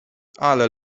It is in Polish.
ale